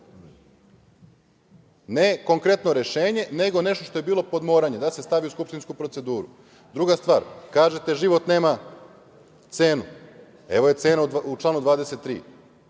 Ne konkretno rešenje, nego nešto što je bilo pod moranje da se stavi u skupštinsku proceduru. Druga stvar, kažete – život nema cenu. Evo je cena u članu 23.